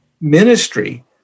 ministry